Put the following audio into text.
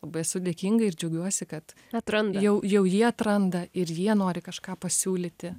labai esu dėkinga ir džiaugiuosi kad atranda jau jau jie atranda ir jie nori kažką pasiūlyti